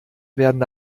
werden